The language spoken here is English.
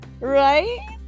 right